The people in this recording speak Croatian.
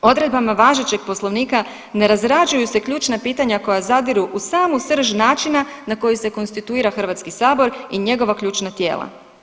Odredbama važećeg Poslovnika ne razrađuju se ključna pitanja koja zadiru u samu srž načina na koji se konstituira HS i njegova ključna tijela.